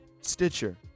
Stitcher